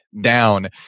down